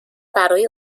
برای